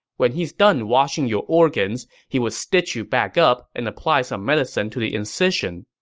when he's done washing your organs, he would stitch you back up and apply some medicine to the incision.